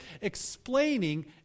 explaining